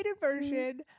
version